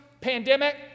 pandemic